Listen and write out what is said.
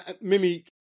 Mimi